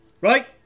right